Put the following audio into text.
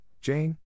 Jane